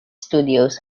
studios